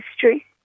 history